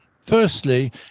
firstly